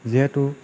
যিহেতু